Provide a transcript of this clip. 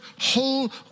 whole